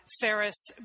Ferris